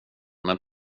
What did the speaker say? men